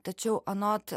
tačiau anot